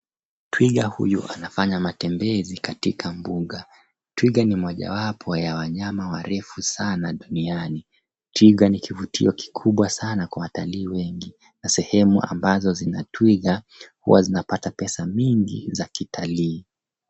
Twiga huyu anafanya matembezi katika mbuga. Twiga ni moja wapo ya wanyama warefu sana duniani. Twiga ni kivutio kikubwa sana kwa watalii wengi na sehemu ambazo zina twiga huwa zinapata pesa nyingi za kitalii.